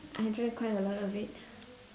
I drank quite a lot of it